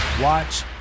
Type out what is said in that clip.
Watch